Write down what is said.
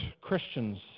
Christians